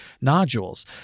nodules